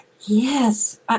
yes